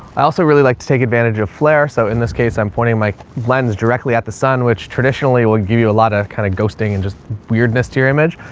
i also really like to take advantage of flare, so in this case i'm pointing my lens directly at the sun, which traditionally will give you a lot of kind of ghosting and just weirdness to your image.